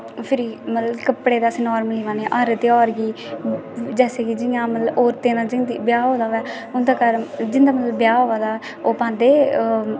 फिरी मतलब कपड़े दा ते अस नार्मल पान्ने हा हर त्यहार गी जैसे कि जियां मतलब होर ते जिंदा ब्याह होऐ दा होऐ उं'दा घर जि'न्दा मतलब ब्याह होऐ दा ऐ ओह् पांदे